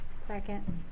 Second